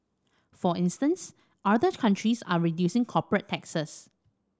for instance other countries are reducing corporate taxes